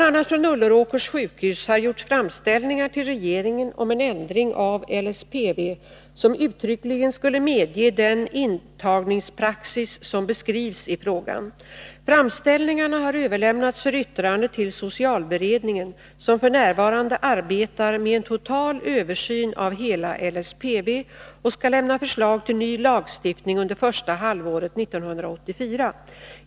a. från Ulleråkers sjukhus har gjorts framställningar till regeringen om en ändring av LSPV, som uttryckligen skulle medge den intagningspraxis att utfärda intyg för beredande av sluten psykiatrisk vård som beskrivs i frågan. Framställningarna har överlämnats för yttrande till socialberedningen, som f. n. arbetar med en total översyn av hela LSPV och som skall lämna förslag till ny lagstiftning under första halvåret 1984.